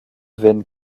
veines